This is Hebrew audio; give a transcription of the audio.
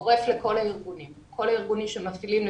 כל הארגונים שמתחילים,